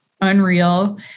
unreal